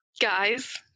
guys